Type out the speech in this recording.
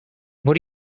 what